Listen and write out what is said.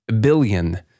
billion